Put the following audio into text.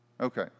Okay